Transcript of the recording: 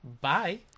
Bye